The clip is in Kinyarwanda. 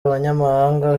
abanyamabanga